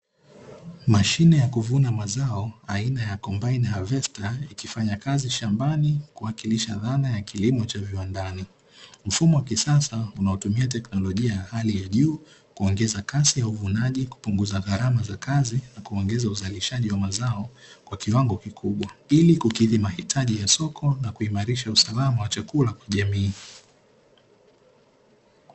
Mashine ya kuvuna mazao aina ya kombaini havesta ikifanya kazi shambani, ikiwakilisha dhana ya kilimo cha viwandani. Mfumo wa kisasa unaotumia teknolojia ya hali ya juu kuongeza kasi ya uvunaji, kupunguza gharama za kazi na kuongeza uzalishaji wa mazao kwa kiwango kikubwa, ili kukidhi mahitaji ya soko na kuimarisha usalama wa chakula kwa jamii."